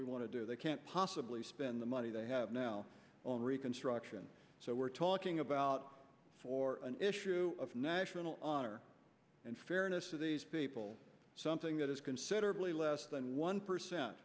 we want to do they can't possibly spend the money they have now on reconstruction so we're talking about for an issue of national honor and fairness of these people something that is considerably less than one percent